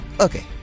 okay